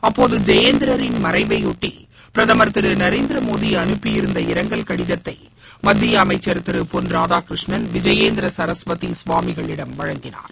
அப்போது ஜெயேந்திரரின் மறைவையொட்டி பிரதமர் திரு நரேந்திரமோடி அனுப்பியிருந்த இரங்கல் கடிதத்தை மத்திய அமைச்சர் திரு பொன் ராதாகிருஷ்ணன் விஜயேந்திர சரஸ்வதி ஸ்வாமிகளிடம் வழங்கினார்